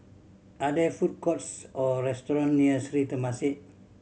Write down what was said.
are there food courts or restaurant near Sri Temasek